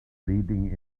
leading